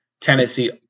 Tennessee